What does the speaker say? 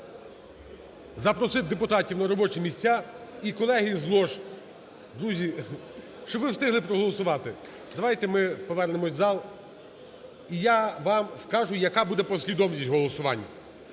запросити депутатів на робочі місця. І, колеги з лож, друзі, щоб ви встигли проголосувати. Давайте ми повернемось в зал, і я вам скажу, яка буде послідовність голосувань.